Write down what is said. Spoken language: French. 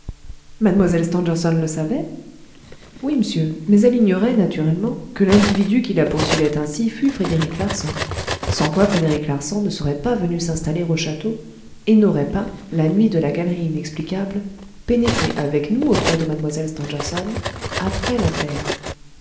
mlle stangerson le savait oui m'sieur mais elle ignorait naturellement que l'individu qui la poursuivait ainsi fût frédéric larsan sans quoi frédéric larsan ne serait pas venu s'installer au château et n'aurait pas la nuit de la galerie inexplicable pénétré avec nous auprès de mlle stangerson après l'affaire